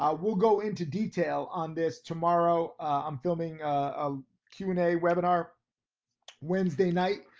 ah we'll go into detail on this tomorrow. i'm filming a q and a webinar wednesday night.